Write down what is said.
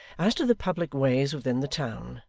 as to the public ways within the town,